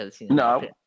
No